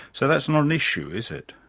so that's not an issue, is it?